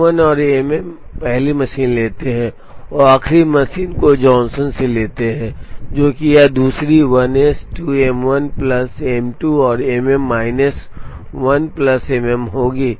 M1 और Mm पहली machine लेते हैं आखिरी मशीन को जॉनसन से लेते हैं जो कि यह है दूसरी 1S 2 M1 प्लस M2 और Mm माइनस 1 प्लस Mm होगी